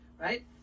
right